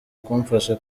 kumfasha